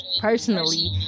personally